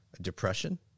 depression